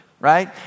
right